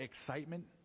excitement